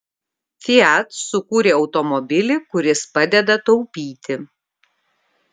fiat sukūrė automobilį kuris padeda taupyti